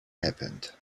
happened